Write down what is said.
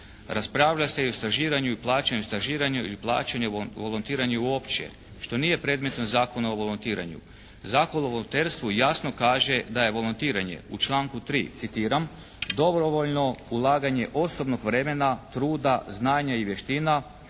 Raspravlja se i o stažiranju i plaćanju stažiranja i plaćanju volontiranja uopće što nije predmetom Zakona o volontiranju. Zakon o volonterstvu jasno kaže da je volontiranje u članku 3., citiram, "dobrovoljno ulaganje osobnog vremena, truda, znanja i vještina